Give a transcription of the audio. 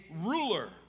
ruler